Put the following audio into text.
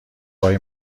های